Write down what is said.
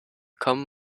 come